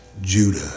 Judah